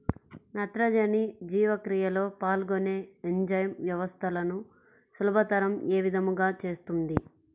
నత్రజని జీవక్రియలో పాల్గొనే ఎంజైమ్ వ్యవస్థలను సులభతరం ఏ విధముగా చేస్తుంది?